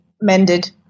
mended